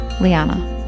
Liana